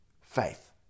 Faith